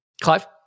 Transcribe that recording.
Clive